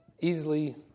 easily